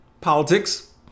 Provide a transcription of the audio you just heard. Politics